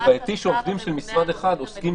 זה בעייתי שעובדים של משרד אחד עוסקים